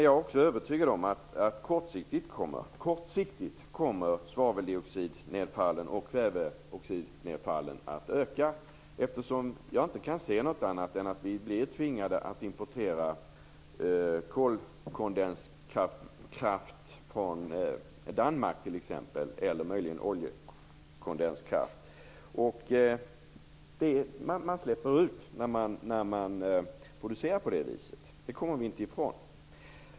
Jag är övertygad om att svaveldioxidnedfallet och kväveoxidnedfallet kommer att öka kortsiktigt, eftersom jag inte kan se annat än att vi blir tvingade att importera kolkondenskraft eller möjligen oljekondenskraft från t.ex. Danmark. Man släpper ut när man producerar på det viset - det kommer vi inte ifrån.